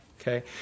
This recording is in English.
okay